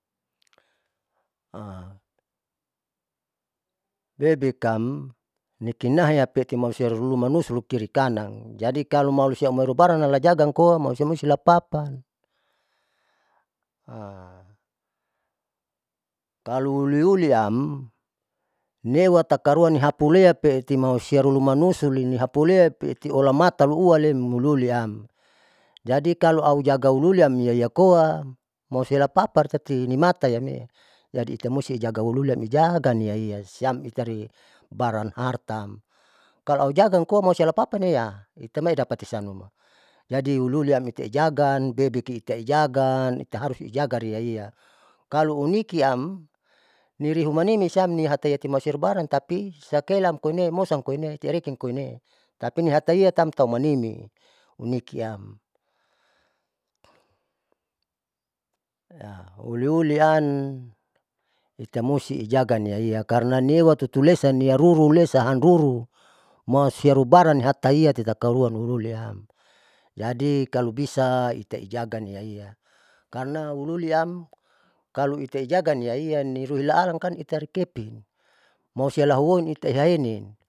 bebikam nikinahaya pekimalusia ruilumanusu rikandan jadi kalomalusia aumoi lubaranam lajaga amkoa malusia mustilapap, kalouliuliam rewani takaruan hapule pe'eti malusia siarunuma nusulili hapulea piti ulamatan talu ualem uliuliam jadi kalo aujaga uliuliam iakoa malusia lapapar tati nimatayame'e jadi itamusti ijaga uliuliam ijaga iaia siam itari baran hartam, kalo aujaga nikoa malusia lapapalea itamai idapati sanuma, jadiuliuliam itaijaga bebeki itaijaga itaharus ijagai iaia, kalo unikiamniriumnimi siam nihatayeti malusia lubarang tapi sakaela koine mosam koine tapi ihataiatan tau manimi unikiam, uliulian itamusti ijaga iaia karna niutotulesa niarurulesa hanruru malusia lubaran nihataia takaruan ruiruileam jadi kalo bisa itaijagani iaia karna uliuliam kalo itanijaga iaia nirui alan kan itarikepin malusia lahuonite iahenin.